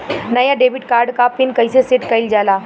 नया debit card क pin कईसे सेट कईल जाला?